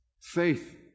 faith